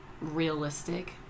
realistic